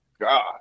God